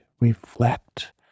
reflect